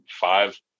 five